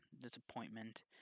disappointment